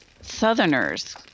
Southerners